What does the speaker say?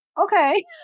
okay